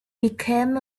became